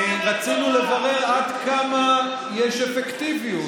רצינו לברר עד כמה יש אפקטיביות,